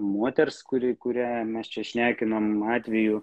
moters kuri kuriam mes čia šnekiname atvejų